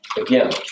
again